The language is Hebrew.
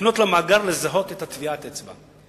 לפנות למאגר כדי לזהות את טביעת האצבע.